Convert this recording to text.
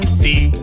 see